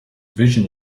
vision